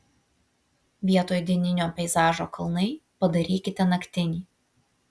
vietoj dieninio peizažo kalnai padarykite naktinį